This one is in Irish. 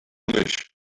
anois